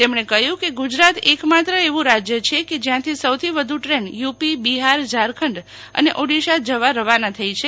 તેમને કહ્યું કે ગુજરાત એકમાત્ર એવું રાજ્ય છે કે જ્યાં સૌથી વધુ દ્રેન યુપી બિહાર ઝારખંડ અને ઓડીશા જવા રવાના થઇ છે